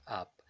up